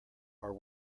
are